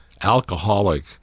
alcoholic